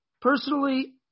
Personally